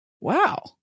Wow